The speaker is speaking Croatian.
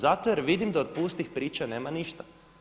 Zato jer vidim da od pustih priča nema ništa.